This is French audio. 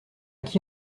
qui